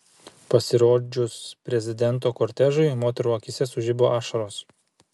pasirodžius prezidento kortežui moterų akyse sužibo ašaros